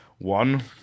One